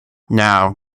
now